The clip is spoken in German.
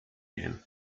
gehen